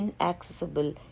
inaccessible